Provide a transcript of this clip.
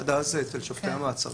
עד אז זה אצל שופטי המעצרים.